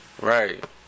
Right